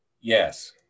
Yes